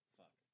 fuck